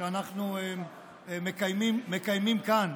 שאנחנו מקיימים כאן.